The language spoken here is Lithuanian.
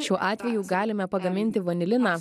šiuo atveju galime pagaminti vaniliną